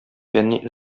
фәнни